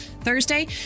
Thursday